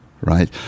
right